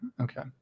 Okay